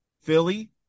Philly